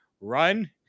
run